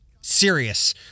serious